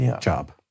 job